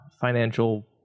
financial